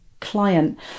client